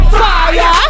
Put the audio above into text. fire